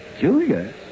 Julia